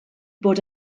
bod